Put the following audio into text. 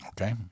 Okay